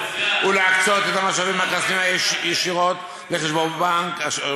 ולהקצות את המשאבים הכספיים ישירות לחשבון בנק אשר